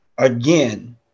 Again